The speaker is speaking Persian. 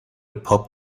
پاپ